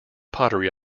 pottery